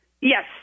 Yes